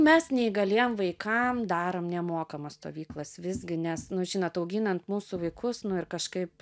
mes neįgaliem vaikam darom nemokamas stovyklas visgi nes nu žinot auginant mūsų vaikus nu ir kažkaip